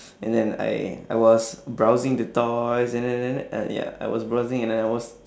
and then I I was browsing the toys and then and then uh ya I was browsing and then I was